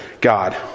God